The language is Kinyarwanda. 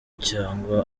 cyangwa